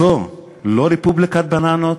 זו לא רפובליקת בננות?